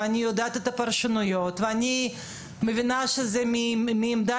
אני יודעת את הפרשנויות ואני מבינה שזה מעמדה